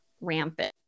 rampant